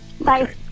Bye